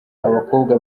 abakobwa